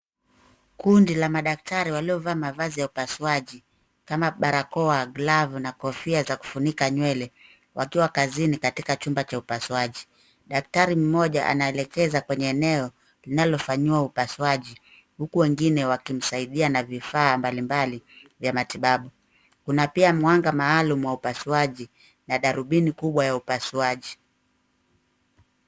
Kundi la madaktari waliovaa mavazi ya upasuaji kama barakoa , glavu na kofia za kufunika nywele wakiwa kazini katika chumba cha upasuaji. Daktari mmoja anaelekeza kwenye eneo linalofanyiwa upasuaji huku wengine wakimsaidia na vifaa mbalimbali vya matibabu. Kuna pia mwanga maalum wa upasuaji na darubini kubwa ya upasuaji.